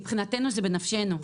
מבחינתנו זה בנפשנו,